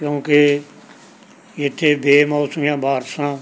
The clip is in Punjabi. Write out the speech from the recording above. ਕਿਉਂਕਿ ਇੱਥੇ ਬੇਮੌਸਮੀਆ ਬਾਰਿਸ਼ਾਂ